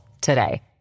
today